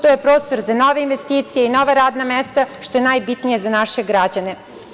To je prostor za nove investicije, nova radna mesta, što je najbitnije za naše građane.